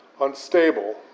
unstable